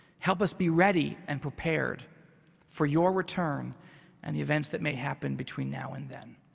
help us be ready and prepared for your return and the events that may happen between now and then.